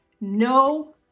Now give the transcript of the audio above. no